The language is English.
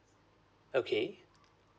okay